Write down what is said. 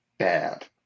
Bad